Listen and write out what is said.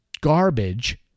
garbage